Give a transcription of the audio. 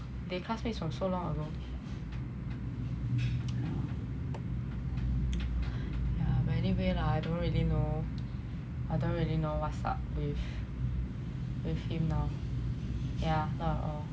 they classmates from so long ago yeah but anyway lah I don't really know what's up with with him now